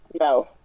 no